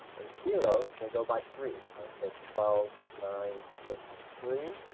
and kilo, they go by threes. so it goes twelve, nine, six, three.